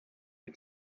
and